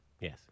Yes